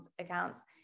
accounts